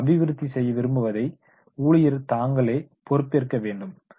அவர்கள் அபிவிருத்தி செய்ய விரும்புவதை ஊழியர்கள் தாங்களே பொறுப்பேற்க வேண்டும்